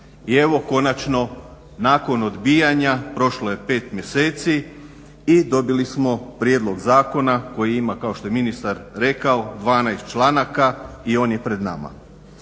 I evo konačno nakon odbijanja prošlo je pet mjeseci i dobili smo prijedlog zakona koji ima kao što je ministar rekao 12 članaka i on je pred nama.